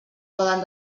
poden